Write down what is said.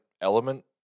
element